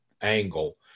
angle